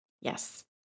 Yes